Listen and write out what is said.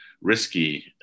risky